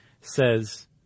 says